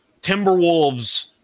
Timberwolves